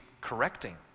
correcting